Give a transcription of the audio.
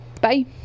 Bye